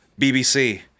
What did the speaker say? BBC